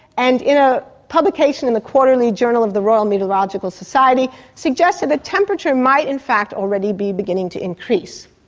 and in a publication in the quarterly journal of the royal meteorological society suggested that temperature might in fact already be beginning to increase.